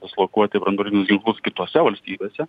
dislokuoti branduolinius ginklus kitose valstybėse